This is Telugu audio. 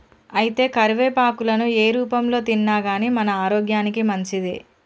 అయితే కరివేపాకులను ఏ రూపంలో తిన్నాగానీ మన ఆరోగ్యానికి మంచిదే